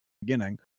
beginning